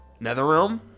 Netherrealm